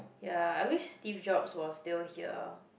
ya I wish Steve-Jobs was still here